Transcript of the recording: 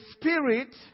Spirit